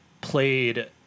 played